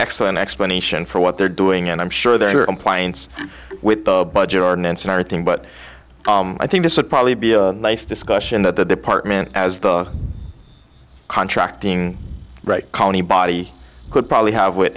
excellent explanation for what they're doing and i'm sure they're implying it's with a budget ordinance and everything but i think this would probably be a nice discussion that the department as the contracting county body could probably have with